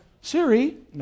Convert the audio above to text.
Siri